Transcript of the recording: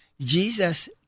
Jesus